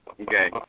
Okay